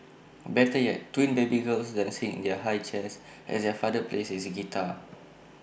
better yet twin baby girls dancing in their high chairs as their father plays his guitar